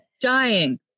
dying